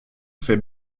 fait